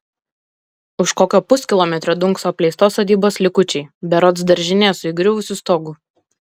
už kokio puskilometrio dunkso apleistos sodybos likučiai berods daržinė su įgriuvusiu stogu